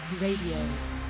Radio